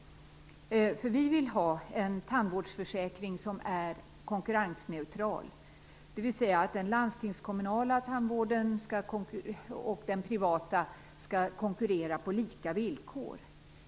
Vi i Folkpartiet vill ha en tandvårdsförsäkring som är konkurrensneutral, dvs. den landstingskommunala och den privata tandvården skall konkurrera på lika villkor.